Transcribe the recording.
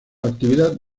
actividad